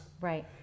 Right